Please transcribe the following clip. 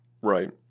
Right